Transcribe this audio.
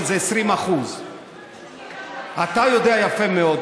שזה 20%. אתה יודע יפה מאוד,